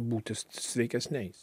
būti sveikesniais